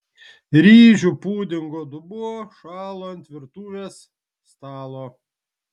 ryžių pudingo dubuo šalo ant virtuvės stalo